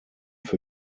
für